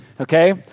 Okay